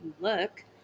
look